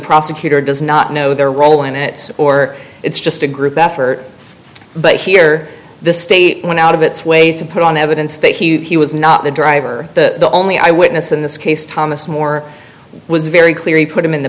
prosecutor does not know their role in it or it's just a group effort but here the state went out of its way to put on evidence that he was not the driver the only eyewitness in this case thomas moore was very clear he put him in the